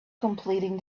completing